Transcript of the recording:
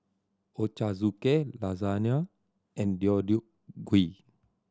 Ochazuke Lasagna and Deodeok Gui